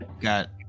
got